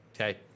Okay